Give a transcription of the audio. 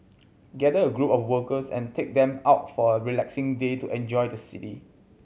gather a group of workers and take them out for a relaxing day to enjoy the city